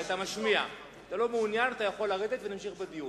אתה לא מעוניין, אתה יכול לרדת ונמשיך בדיון.